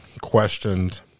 questioned